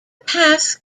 path